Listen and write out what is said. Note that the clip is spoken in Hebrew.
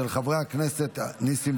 של חברי הכנסת יסמין